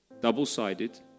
double-sided